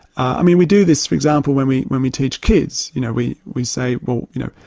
i mean we do this for example when we when we teach kids, you know, we we say, well, you know,